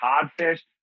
codfish